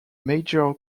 major